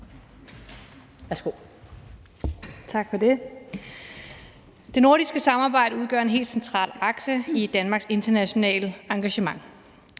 (SF): Tak for det. Det nordiske samarbejde udgør en helt central akse i Danmarks internationale engagement.